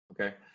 okay